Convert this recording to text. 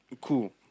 cool